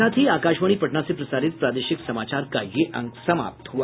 इसके साथ ही आकाशवाणी पटना से प्रसारित प्रादेशिक समाचार का ये अंक समाप्त हुआ